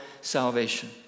salvation